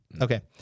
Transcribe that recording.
Okay